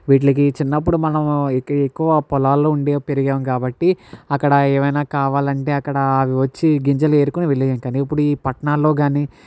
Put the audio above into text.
వీటికి చిన్నప్పుడు మనం ఎక్కు ఎక్కువ పొలాల్లో ఉండి పెరిగాము కాబట్టి అక్కడ ఏమైనా కావాలంటే అక్కడ అవి వచ్చి గింజలు ఏరుకుని వెళ్ళేవి కానీ ఇప్పుడు ఈ పట్టణాల్లో కానీ